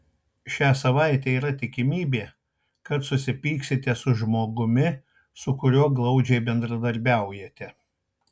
šią savaitę yra tikimybė kad susipyksite su žmogumi su kuriuo glaudžiai bendradarbiaujate